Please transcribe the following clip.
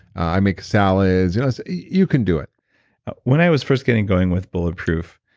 i make salads. you know so you can do it when i was first getting going with bulletproof,